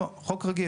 לא, חוק רגיל.